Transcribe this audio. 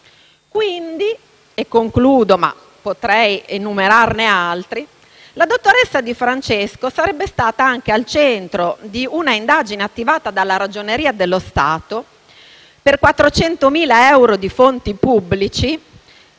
Quindi - e concludo, ma potrei enumerarne altri - la dottoressa Di Francesco sarebbe stata anche al centro di un'indagine attivata dalla Ragioneria dello Stato per 400.000 euro di fondi pubblici